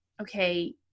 okay